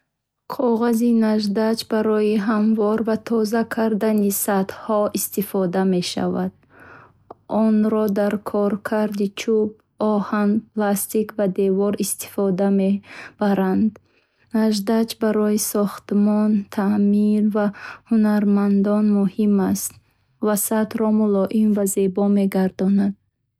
Когази наждач барои ҳамвор ва тоза кардани сатҳҳо истифода мешавад. Он сатҳи ноҳамворро сайқал медиҳад ранг ё зангро мебардорад ва онро барои рангкунӣ ё часпонидан омода мекунад. Аз он дар коркарди чӯб оҳан пластик ва девор истифода мешавад. Наждачка барои сохтмон таъмир ва ҳунармандон муҳим аст. Ва сатҳро мулоим ва зебо мегардонад.